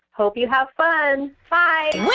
hope you have fun. bye